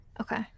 Okay